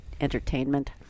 entertainment